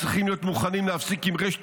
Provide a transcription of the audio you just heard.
צריכים להיות מוכנים להפסיק עם רשת